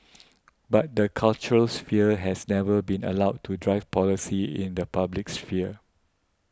but the cultural sphere has never been allowed to drive policy in the public sphere